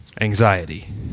anxiety